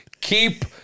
Keep